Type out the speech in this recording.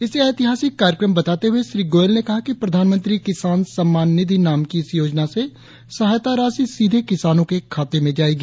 इसे ऎतिहासिक कार्यक्रम बताते हुए श्री गोयल ने कहा कि प्रधानमंत्री किसान सम्मान निधि नाम की इस योजना से सहायता राशि सीधे किसानों के खाते में जाएगी